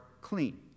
clean